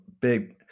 big